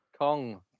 Kong